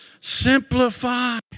Simplify